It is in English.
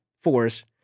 force